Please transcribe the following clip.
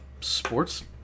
sports